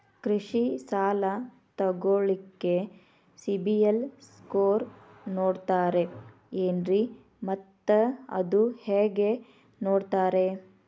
ಕೃಷಿ ಸಾಲ ತಗೋಳಿಕ್ಕೆ ಸಿಬಿಲ್ ಸ್ಕೋರ್ ನೋಡ್ತಾರೆ ಏನ್ರಿ ಮತ್ತ ಅದು ಹೆಂಗೆ ನೋಡ್ತಾರೇ?